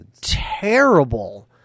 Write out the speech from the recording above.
terrible